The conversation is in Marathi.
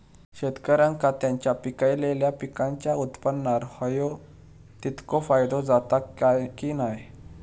शेतकऱ्यांका त्यांचा पिकयलेल्या पीकांच्या उत्पन्नार होयो तितको फायदो जाता काय की नाय?